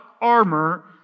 armor